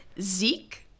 Zeke